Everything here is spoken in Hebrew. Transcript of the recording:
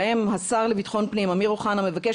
בהם השר לביטחון פנים אמיר אוחנה מבקש